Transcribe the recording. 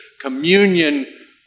communion